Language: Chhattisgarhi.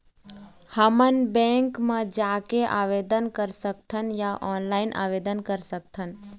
हमन बैंक मा जाके आवेदन कर सकथन या ऑनलाइन आवेदन कर सकथन?